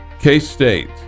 K-State